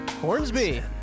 Hornsby